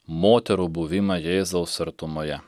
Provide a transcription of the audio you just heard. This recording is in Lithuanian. moterų buvimą jėzaus artumoje